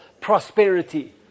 prosperity